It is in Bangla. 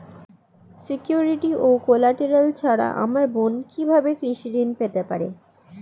সিকিউরিটি ও কোলাটেরাল ছাড়া আমার বোন কিভাবে কৃষি ঋন পেতে পারে?